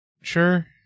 Sure